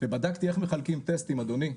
ובדקתי איך מחלקים טסטים אדוני,